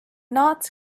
not